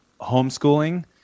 homeschooling